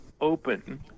open